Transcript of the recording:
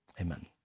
Amen